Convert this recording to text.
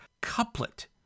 couplet